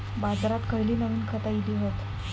बाजारात खयली नवीन खता इली हत?